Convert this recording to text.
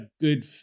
good